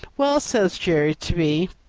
well, says jerry to me,